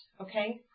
okay